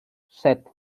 set